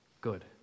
Good